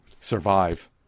survive